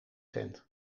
tent